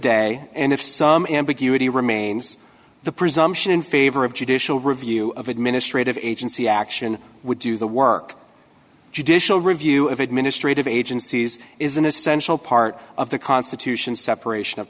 day and if some ambiguity remains the presumption in favor of judicial review of administrative agency action would do the work judicial review of administrative agencies is an essential part of the constitution separation of